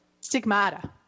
Stigmata